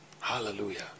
hallelujah